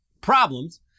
problems